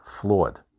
flawed